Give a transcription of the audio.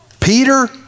Peter